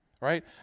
right